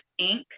Inc